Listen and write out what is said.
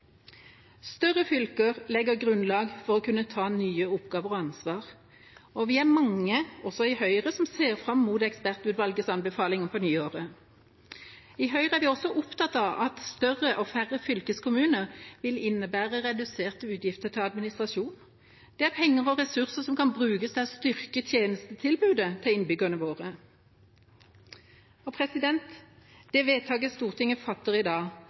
Større fylker legger grunnlag for å kunne ta nye oppgaver og ansvar, og vi er mange også i Høyre som ser fram mot Ekspertutvalgets anbefalinger på nyåret. I Høyre er vi også opptatt av at større og færre fylkeskommuner vil innebære reduserte utgifter til administrasjon. Det er penger og ressurser som kan brukes til å styrke tjenestetilbudet til innbyggerne våre. Det vedtaket Stortinget fatter i dag,